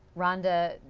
rhonda,